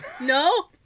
No